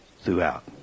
throughout